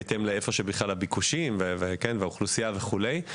בהתאם להיכן שיש ביקושים ואוכלוסייה וכולי.